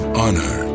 honor